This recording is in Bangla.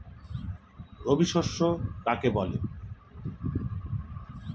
রবি শস্য কাকে বলে?